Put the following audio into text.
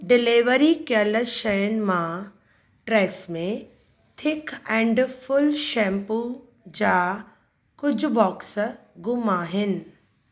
delivery कयल शयुनि मां Tresemme thick and full shampoo जा कुझु बॉक्स ग़ुमु आहिनि